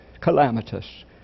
calamitous